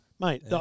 Mate